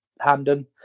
Hamden